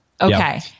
Okay